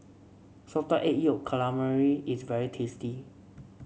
Salted Egg Yolk Calamari is very tasty